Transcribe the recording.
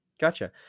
Gotcha